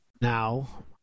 Now